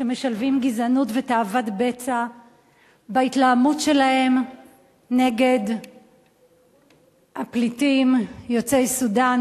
שמשלבים גזענות ותאוות בצע בהתלהמות שלהם נגד הפליטים יוצאי סודן,